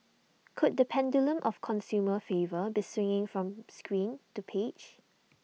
could the pendulum of consumer favour be swinging from screen to page